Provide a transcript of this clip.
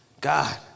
God